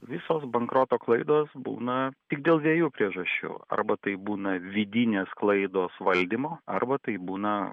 visos bankroto klaidos būna tik dėl dviejų priežasčių arba taip būna vidinės klaidos valdymo arba taip būna